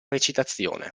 recitazione